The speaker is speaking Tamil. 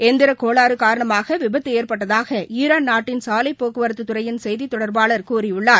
எந்திரக் கோளாறு காரணமாக விபத்து ஏற்பட்டதாக ஈரான் நாட்டின் சாலை போக்குவரத்து துறையின் செய்தி தொடர்பாளர் கூறியுள்ளார்